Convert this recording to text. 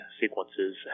sequences